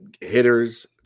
hitters